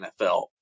NFL